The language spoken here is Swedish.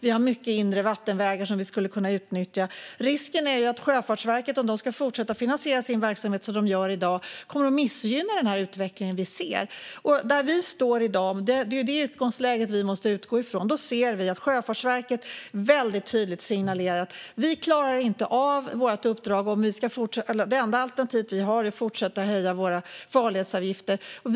Vi har många inre vattenvägar som skulle kunna utnyttjas. Risken är att Sjöfartsverket, om de ska fortsätta att finansiera sin verksamhet som de gör i dag, kommer att missgynna den utveckling vi ser. Vi måste utgå från det läge där vi står i dag, och då ser vi att Sjöfartsverket väldigt tydligt har signalerat att det enda alternativ de har om de ska klara av sitt uppdrag är att fortsätta höja farledsavgifterna.